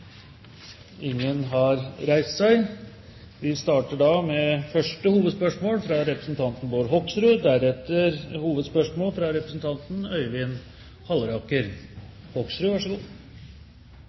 Ingen har reist seg. Vi starter da med første hovedspørsmål, fra representanten Bård Hoksrud.